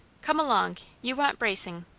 come along you want bracing.